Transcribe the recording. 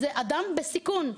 זה אדם בסיכון.